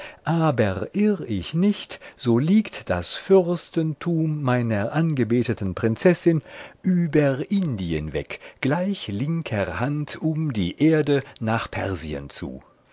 aber irr ich nicht so liegt das fürstentum meiner angebetenen prinzessin über indien weg gleich linker hand um die erde nach persien zu